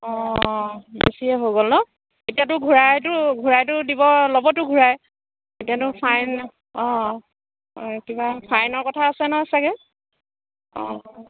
অঁ বেছিয়ে হৈ গ'ল ন' এতিয়াতো ঘূৰাইতো ঘূৰাইটো দিব ল'বতো ঘূৰাই এতিয়াতো ফাইন অঁ কিবা ফাইনৰ কথা আছে নহয় চাগৈ অঁ